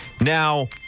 Now